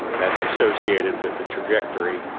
that's associated with the trajectory